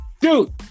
dude